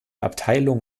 abteilung